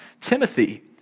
Timothy